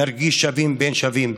נרגיש שווים בין שווים.